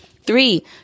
Three